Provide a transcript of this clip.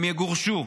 הם יגורשו,